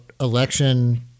election